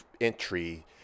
entry